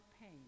pain